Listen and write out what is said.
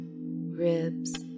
ribs